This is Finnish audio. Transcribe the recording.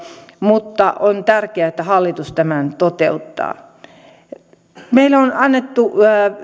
mutta on tärkeää että hallitus nimenomaan tämän kompensaation toteuttaa meille on annettu